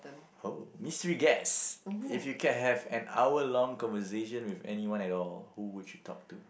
oh mystery guest if you can have an hour long conversation with anyone at all who would you talk to